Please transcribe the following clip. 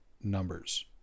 numbers